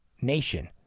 nation